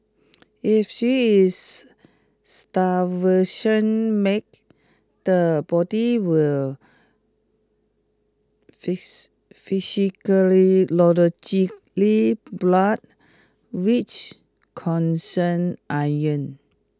if she is starvation make the body will physically blood which concern iron